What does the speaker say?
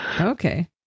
Okay